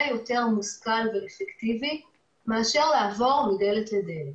יותר מושכל ואפקטיבי מאשר לעבור מדלת לדלת.